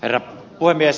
rouva puhemies